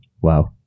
Wow